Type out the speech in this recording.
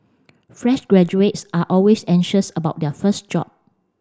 fresh graduates are always anxious about their first job